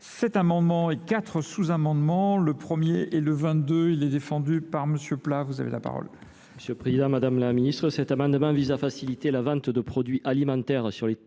cet amendement et quatre sous-amendements. Le premier et le 22, il est défendu par M. Pla, vous avez la parole.